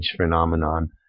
phenomenon